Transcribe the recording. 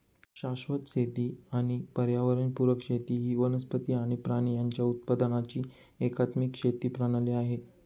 शाश्वत शेती किंवा पर्यावरण पुरक शेती ही वनस्पती आणि प्राणी यांच्या उत्पादनाची एकात्मिक शेती प्रणाली आहे